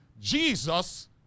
Jesus